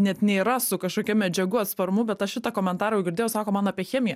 net nėra su kažkokia medžiagų atsparumu bet aš šitą komentarą girdėjau sako man apie chemiją